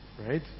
right